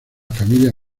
familia